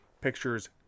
Pictures